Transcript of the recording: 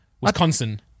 Wisconsin